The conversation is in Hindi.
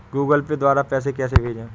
गूगल पे द्वारा पैसे कैसे भेजें?